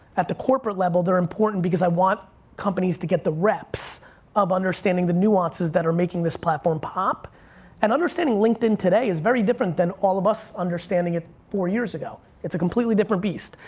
at the corporate level they're important because i want companies to get the reps of understanding the nuances that are making this platform pop and understanding linkedin today is very different than all of us understanding it four years ago. it's a completely different beast.